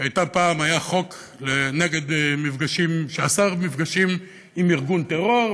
שפעם היה חוק שאסר מפגשים עם ארגון טרור,